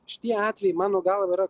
šitie atvejai mano galva yra